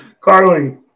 Carly